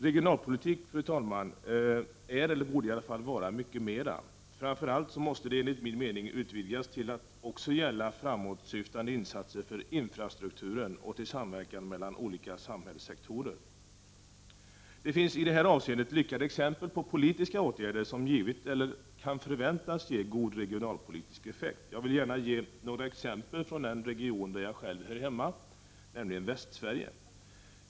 Regionalpolitik, fru talman, är — eller borde i alla fall vara — mycket mera. Framför allt måste det begreppet enligt min mening utvidgas till att också gälla framåtsyftande insatser för infrastrukturen och samverkan mellan olika samhällssektorer. Det finns i det här avseendet lyckade exempel på politiska åtgärder som givit eller kan förväntas ge god regionalpolitisk effekt. Jag vill gärna ge några exempel från den region där jag själv hör hemma, nämligen Västsverige.